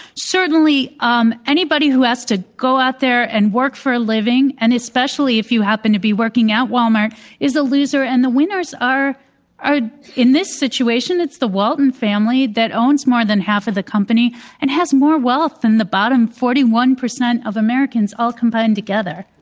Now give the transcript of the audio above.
certainly, um anybody who has to go out there and work for a living and especially if you happen to be working at walmart is a loser, and the winners are are in this situation, it's the walton family that owns more than half of the company and has more wealth than the bottom forty one percent of americans all combined together.